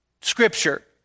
Scripture